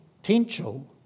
Potential